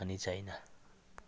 अनि चाइना